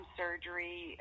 surgery